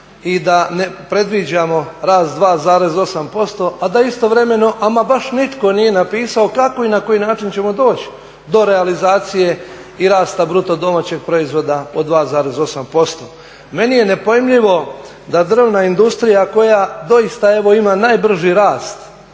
i da predviđamo rast 2,8% a da istovremeno ama baš nitko nije napisao kako i na koji način ćemo doći do realizacije i rasta BDP-a od 2,8%. Meni je nepojmljivo da drvna industrija koja doista evo ima najbrži rast